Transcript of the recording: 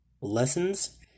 lessons